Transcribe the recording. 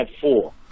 four